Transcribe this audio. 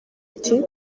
ati